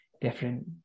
different